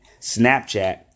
Snapchat